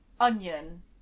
onion